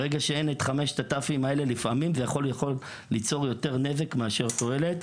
ברגע שאין את חמש ה-ת' האלה לפעמים זה יכול ליצור יותר נזק מאשר תועלת.